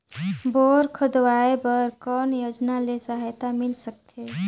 Bore खोदवाय बर कौन योजना ले सहायता मिल सकथे?